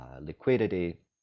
liquidity